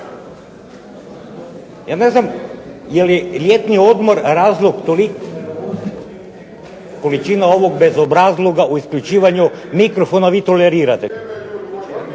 Ja ne znam je li ljetni odmor razlog toliko, količina ovog bezobrazluka u isključivanju mikrofona, vi tolerirate.